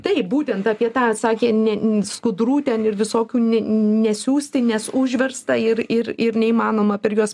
taip būtent apie tą sakė ne skudurų ten ir visokių ne nesiųsti nes užversta ir ir ir neįmanoma per juos